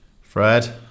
Fred